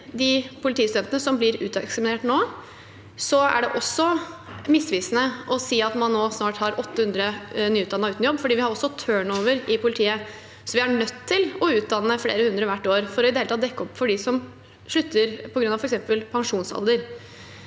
de politistudentene som blir uteksaminert nå, er det også misvisende å si at man nå snart har 800 nyutdannede uten jobb, for vi har også turnover i politiet. Så vi er nødt til å utdanne flere hundre hvert år for i det hele tatt å dekke opp for dem som slutter på grunn av f.eks. pensjonsalder.